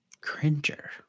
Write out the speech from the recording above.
Cringer